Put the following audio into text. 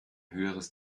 höheres